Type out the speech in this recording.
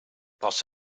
brauchst